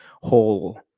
whole